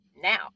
now